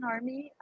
Army